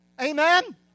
Amen